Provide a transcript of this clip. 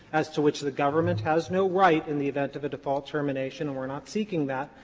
as to which the government has no right in the event of a default termination, and we're not seeking that,